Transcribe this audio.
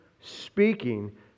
speaking